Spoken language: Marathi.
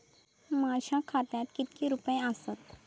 माझ्या खात्यात कितके रुपये आसत?